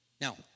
Now